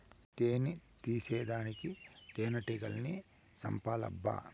తేని తీసేదానికి తేనెటీగల్ని సంపాలబ్బా